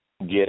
Get